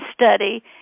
study